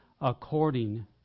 according